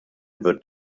wird